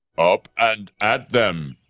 up and, at them.